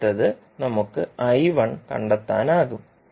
അടുത്തത് നമുക്ക് കണ്ടെത്താനാകും